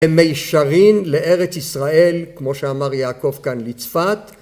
במישרין לארץ ישראל, ‫כמו שאמר יעקב כאן לצפת.